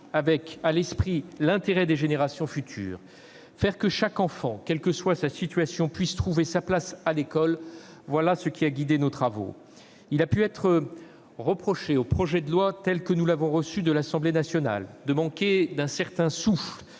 ayant à l'esprit l'intérêt des générations futures. Faire que chaque enfant, quelle que soit sa situation, puisse trouver sa place à l'école : voilà ce qui a guidé nos travaux. Il a pu être reproché au projet de loi tel que nous l'avons reçu de l'Assemblée nationale de manquer d'un certain souffle,